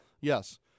Yes